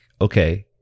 okay